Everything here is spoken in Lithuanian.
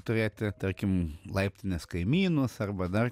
turėti tarkim laiptinės kaimynus arba dar